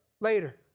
later